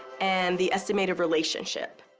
and the estimated relationship.